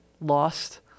lost